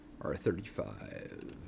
R35